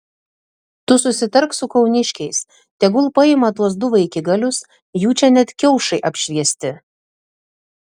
tu susitark su kauniškiais tegul paima tuos du vaikigalius jų čia net kiaušai apšviesti